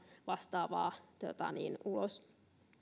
vastaavaa ulos